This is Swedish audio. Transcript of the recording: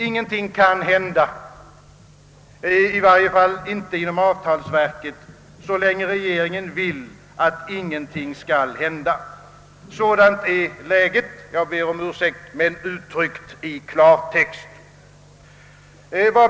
Ingenting kan hända, i varje fall inom avtalsverket, så länge regeringen inte vill att något skall hända. Sådant är läget uttryckt i klartext.